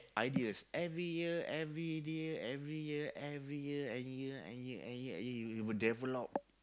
ideas every year every year every year every year any year any year any year any year you will develop